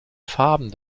farben